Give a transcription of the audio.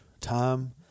time